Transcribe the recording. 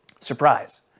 Surprise